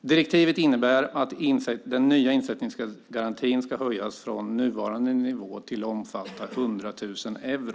Direktivet innebär att insättningsgarantin höjs från nuvarande nivå till att omfatta 100 000 euro.